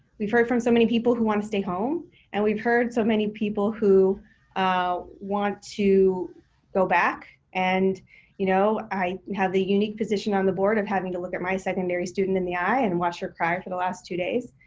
we've heard from so many people who want to stay home and we've heard so many people who want to go back and you know i have the unique position on the board of having to look at my secondary student in the eye and watch her cry to the last two days